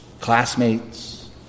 classmates